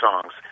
songs